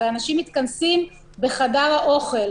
הרי אנשים מתכנסים בחדר האוכל,